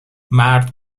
مرد